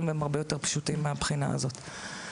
והם הרבה יותר פשוטים מהבחינה הזאת.